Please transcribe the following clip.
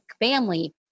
family